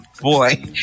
Boy